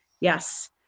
yes